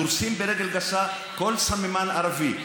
דורסים ברגל גסה כל סממן ערבי.